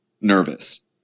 nervous